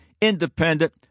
Independent